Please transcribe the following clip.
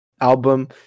album